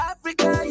Africa